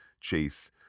Chase